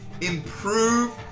Improve